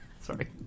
Sorry